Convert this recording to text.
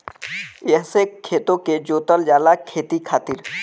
एहसे खेतो के जोतल जाला खेती खातिर